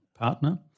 partner